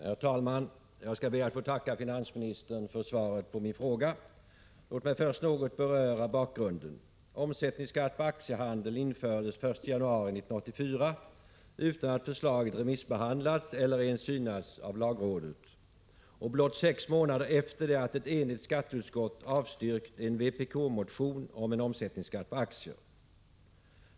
Herr talman! Jag ber att få tacka finansministern för svaret på min fråga. Låt mig först något beröra bakgrunden till denna. Omsättningsskatt på aktiehandel infördes den 1 januari 1984, utan att förslaget remissbehandlats eller ens synats av lagrådet, och blott sex månader efter det att ett enigt skatteutskott avstyrkt en vpk-motion om en omsättningsskatt på aktier.